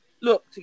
look